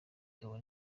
ibona